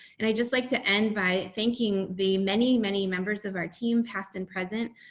and i just like to end by thanking the many, many members of our team, past and present,